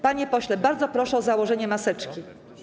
Panie pośle, bardzo proszę o założenie maseczki.